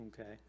okay